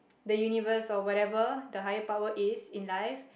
the universe or whatever the higher power is in life